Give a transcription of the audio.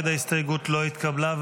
ההסתייגות לא התקבלה.